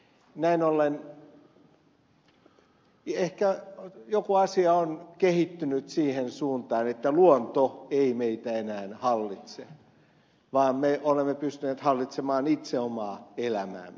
näin ollen ehkä jokin asia on kehittynyt siihen suuntaan että luonto ei meitä enää hallitse vaan me olemme pystyneet hallitsemaan itse omaa elämäämme